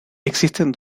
existen